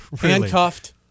Handcuffed